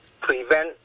prevent